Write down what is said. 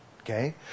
Okay